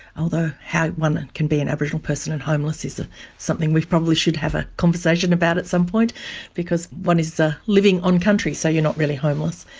although how one can be an aboriginal person and homeless is ah something we probably should have a conversation about at some point because one is living on country, so you're not really homeless.